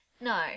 No